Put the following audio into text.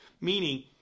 meaning